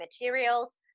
materials